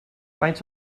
faint